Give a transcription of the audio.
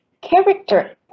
Character